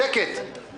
מבקש שקט.